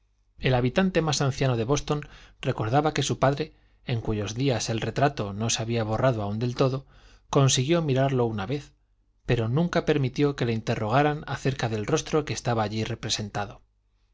el habitante más anciano de boston recordaba que su padre en cuyos días el retrato no se había borrado aún del todo consiguió mirarlo una vez pero nunca permitió que le interrogaran acerca del rostro que estaba allí representado